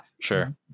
Sure